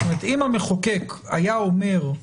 אם המחוקק היה אומר,